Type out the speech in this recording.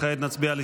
כעת נצביע על